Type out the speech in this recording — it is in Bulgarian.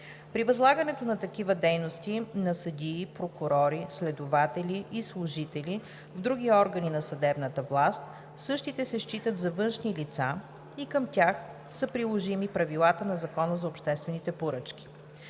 При възлагането на такива дейности на съдии, прокурори, следователи и служители в други органи на съдебната власт, същите се считат за външни лица и към тях са приложими правилата на Закона за обществените поръчки.